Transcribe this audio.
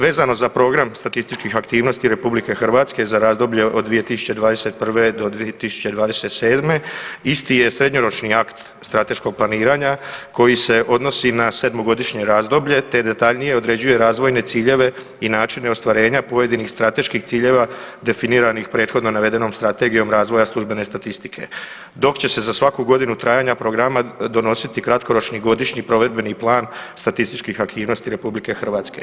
Vezano za program statističkih aktivnosti RH za razdoblje 2021.-2027., isti je srednjoročni akt strateškog planiranja, koji se odnosi na 7-godišnje razdoblje te detaljnije određuje razvojne ciljeve i načine ostvarenja pojedinih strateških ciljeva definiranih prethodno navedenom Strategijom razvoja službene statistike dok će se za svaku godinu trajanja programa donositi kratkoročni godišnji provedbeni plan statističkih aktivnosti RH.